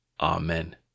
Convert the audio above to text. Amen